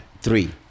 Three